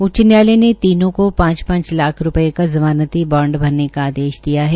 उच्चतम न्यायालय ने तीनों को पांच पांच लाख रूपये का ज़मानती बांड भरने का आदेश दिया है